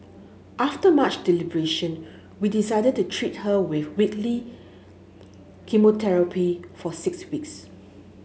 after much deliberation we decided to treat her with weekly chemotherapy for six weeks